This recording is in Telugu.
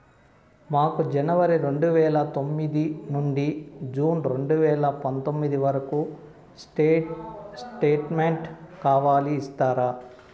మాకు జనవరి రెండు వేల పందొమ్మిది నుండి జూన్ రెండు వేల పందొమ్మిది వరకు స్టేట్ స్టేట్మెంట్ కావాలి ఇస్తారా